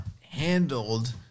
handled